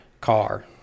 car